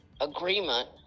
agreement